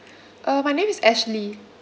uh my name is ashley